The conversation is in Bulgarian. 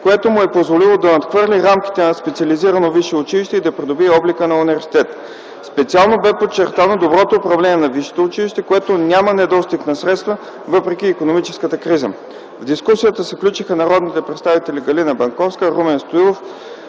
което му е позволило да надхвърли рамките на специализирано висше училище и да придобие облика на университет. Специално бе подчертано доброто управление на висшето училище, което няма недостиг на средства, въпреки икономическата криза. В дискусията се включиха народните представители Галина Банковска, Румен Стоилов,